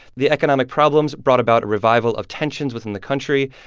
the economic problems brought about a revival of tensions within the country.